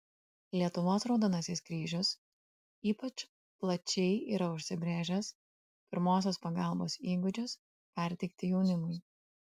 lietuvos raudonasis kryžius ypač plačiai yra užsibrėžęs pirmosios pagalbos įgūdžius perteikti jaunimui